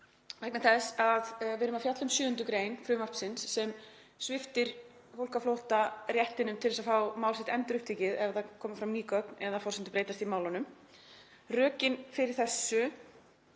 Vegna þess að við erum að fjalla um 7. gr. frumvarpsins sem sviptir fólk á flótta réttinum til þess að fá mál sitt endurupptekið ef það koma fram ný gögn eða forsendur breytast í málunum. Rökin fyrir þessu